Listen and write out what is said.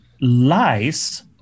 lies